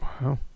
wow